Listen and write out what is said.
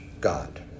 God